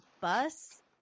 bus